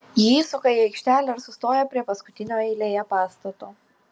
ji įsuka į aikštelę ir sustoja prie paskutinio eilėje pastato